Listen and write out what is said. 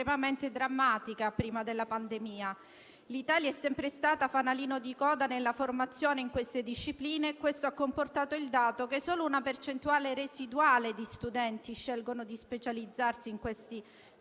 drammatica già prima della pandemia. L'Italia è sempre stata fanalino di coda nella formazione in queste discipline e ciò comporta che solo una percentuale residuale di studenti scelga di specializzarsi in questi settori.